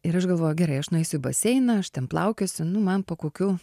ir aš galvoju gerai aš nueisiu į baseiną aš ten plaukiosiu nu man po kokių